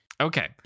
Okay